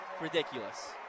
ridiculous